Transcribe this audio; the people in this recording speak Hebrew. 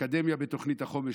האקדמיה בתוכנית החומש,